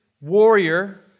warrior